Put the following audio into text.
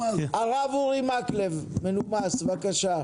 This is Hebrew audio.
הרב אורי מקלב בבקשה.